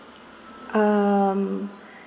um